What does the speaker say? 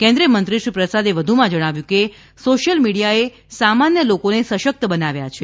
કેન્દ્રિયમંત્રી શ્રી પ્રસાદે વધુમાં જણાવ્યું કે સોશિયલ મીડિયાએ સામાન્ય લોકોને સશક્ત બનાવ્યા છે